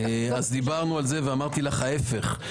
אז דיברנו על זה ואמרתי לך: ההפך,